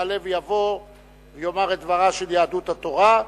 יעלה ויבוא ויאמר את דברה של יהדות התורה.